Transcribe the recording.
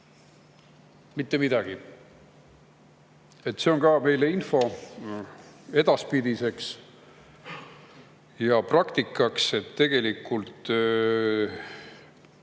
Mitte midagi! See on info meile ka edaspidiseks praktikaks, et tegelikult